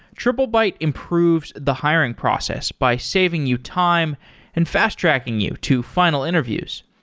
triplebyte improves the hiring process by saving you time and fast-tracking you to final interviews.